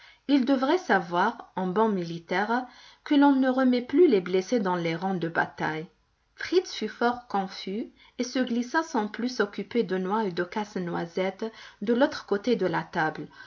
il devrait savoir en bon militaire que l'on ne remet plus les blessés dans les rangs de bataille fritz fut fort confus et se glissa sans plus s'occuper de noix et de casse-noisette de l'autre côté de la table